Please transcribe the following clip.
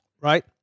Right